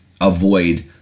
avoid